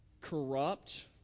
corrupt